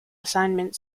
assignment